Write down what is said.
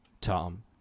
Tom